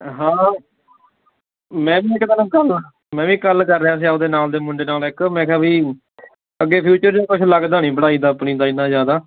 ਹਾਂ ਮੈਂ ਗੱਲ ਮੈਂ ਵੀ ਇੱਕ ਗੱਲ ਕਰ ਰਿਹਾ ਸੀ ਆਪਣੇ ਨਾਲ ਦੇ ਮੁੰਡੇ ਨਾਲ ਇੱਕ ਮੈਂ ਕਿਹਾ ਵੀ ਅੱਗੇ ਫਿਊਚਰ ਕੁਛ ਲੱਗਦਾ ਨਹੀਂ ਪੜ੍ਹਾਈ ਦਾ ਆਪਣੀ ਦਾ ਇੰਨਾ ਜ਼ਿਆਦਾ